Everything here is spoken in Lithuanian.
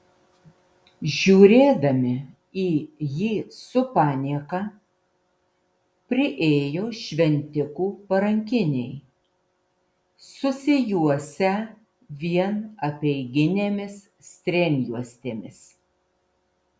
žiūrėdami į jį su panieka priėjo šventikų parankiniai susijuosę vien apeiginėmis strėnjuostėmis